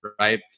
right